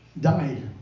died